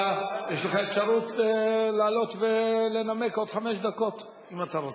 יש לך אפשרות לעלות ולנמק עוד חמש דקות אם אתה רוצה.